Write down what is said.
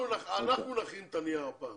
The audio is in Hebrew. אנחנו נכין את הנייר הפעם